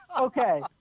Okay